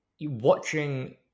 watching